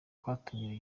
kwatumye